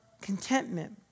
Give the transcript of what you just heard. contentment